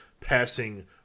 passing